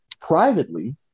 privately